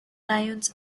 lions